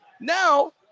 Now